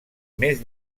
més